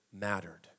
mattered